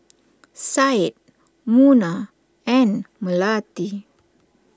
Syed Munah and Melati